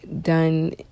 done